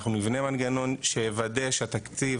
אנחנו נבנה מנגנון שיוודא שהתקציב,